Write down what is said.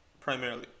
primarily